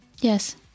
Yes